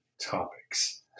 topics